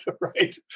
right